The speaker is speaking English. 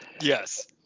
Yes